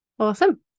Awesome